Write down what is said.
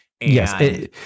Yes